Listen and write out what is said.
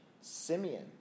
Simeon